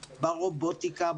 ברובוטיקה,